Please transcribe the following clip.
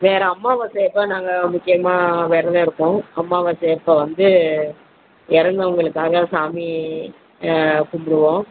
வேறு அம்மாவசை அப்போ நாங்கள் முக்கியமாக விரத இருப்போம் அம்மாவசை அப்போ வந்து இறந்தவங்களுக்காக சாமி கும்பிடுவோம்